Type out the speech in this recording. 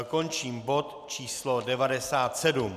Končím bod číslo 97.